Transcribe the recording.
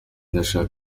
ndasaba